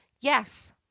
yes